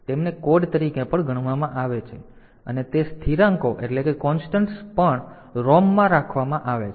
તેથી તેમને કોડ તરીકે પણ ગણવામાં આવે છે અને તે સ્થિરાંકો પણ ROM માં રાખવામાં આવે છે